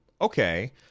Okay